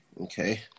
Okay